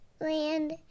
land